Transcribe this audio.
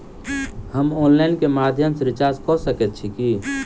हम ऑनलाइन केँ माध्यम सँ रिचार्ज कऽ सकैत छी की?